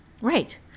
Right